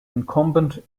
incumbent